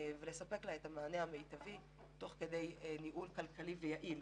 לספק לה את המענה המיטבי מתוך ניהול כלכלי ויעיל